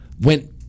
Went